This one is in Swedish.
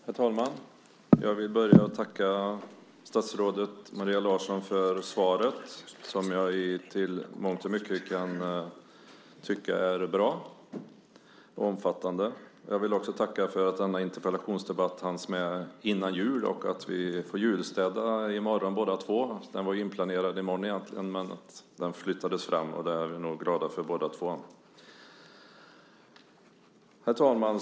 Herr talman! Jag vill börja med att tacka statsrådet Maria Larsson för svaret som jag i mångt och mycket kan tycka är bra och omfattande. Jag vill också tacka för att denna interpellationsdebatt hanns med innan jul så att vi får julstäda i morgon båda två. Den var inplanerad i morgon egentligen, men den flyttades, och det är vi nog glada för båda två. Herr talman!